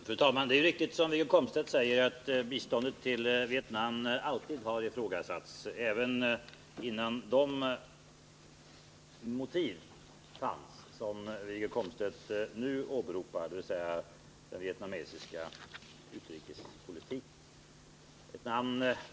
Fru talman! Det är riktigt som Wiggo Komstedt säger, att biståndet till Vietnam alltid har ifrågasatts, även innan de motiv fanns som Wiggo Komstedt nu åberopar, dvs. den vietnamesiska utrikespolitiken.